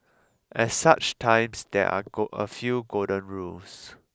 at such times there are a few golden rules